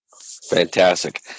Fantastic